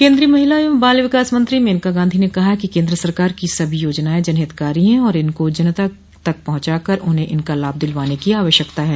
केन्द्रीय महिला एवं बाल विकास मंत्री मेनका गांधी ने कहा है कि केन्द्र सरकार की सभी योजनाएं जनहितकारी है और इनको जनता तक पहुंचा कर उन्हें इनका लाभ दिलवाने की आवश्यकता है